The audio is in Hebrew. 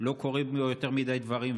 לא קורים בו יותר מדי דברים.